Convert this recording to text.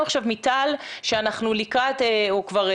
שוב, לאכוף